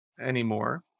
anymore